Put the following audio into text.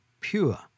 pure